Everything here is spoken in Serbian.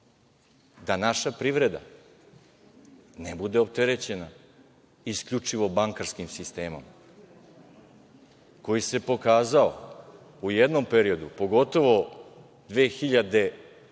da naša privreda ne bude opterećena isključivo bankarskim sistemom koji se pokazao u jednom periodu, pogotovo 2009,